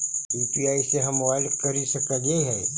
UPI से हम mobile खरिद सकलिऐ है